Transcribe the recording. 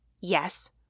Yes